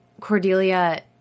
Cordelia